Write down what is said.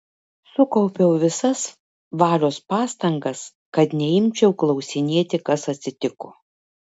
sukaupiau visas valios pastangas kad neimčiau klausinėti kas atsitiko